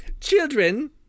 children